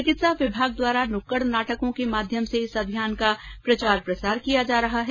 चिकित्सा विभाग द्वारा नुक्कड़ नाटकों के माध्यम से इस अभियान का प्रचार प्रसार किया जा रहा है